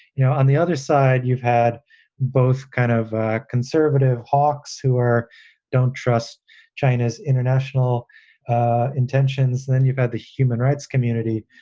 you know, on the other side, you've had both kind of conservative hawks who are don't trust china's international ah intentions. then you've got the human rights community,